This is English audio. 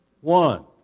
one